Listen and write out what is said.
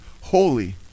holy